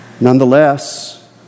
Nonetheless